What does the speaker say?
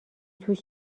توش